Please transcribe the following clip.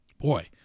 boy